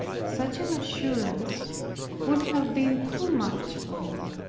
such an assurance would have been too much for me.